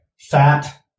fat